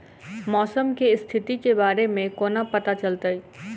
मौसम केँ स्थिति केँ बारे मे कोना पत्ता चलितै?